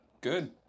Good